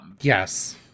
Yes